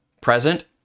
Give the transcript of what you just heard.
present